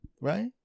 right